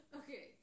okay